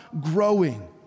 growing